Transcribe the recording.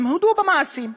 הודו במעשים.